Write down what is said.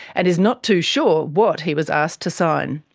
and is not too sure what he was asked to sign.